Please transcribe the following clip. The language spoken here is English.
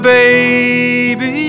Baby